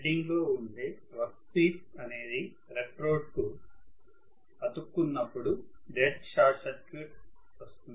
welding లో ఉండే workpiece అనేది ఎలక్ట్రోడ్ కు అతుక్కున్నప్పుడు డెడ్ షార్ట్ సర్క్యూట్ అవుతుంది